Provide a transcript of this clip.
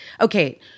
okay